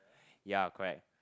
ya correct